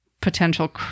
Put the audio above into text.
potential